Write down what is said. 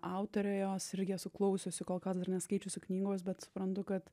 autorių jos irgi esu klausiusi kol kas dar neskaičiusi knygos bet suprantu kad